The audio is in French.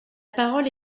parole